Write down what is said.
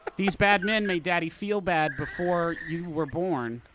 these bad men made daddy feel bad before you were born,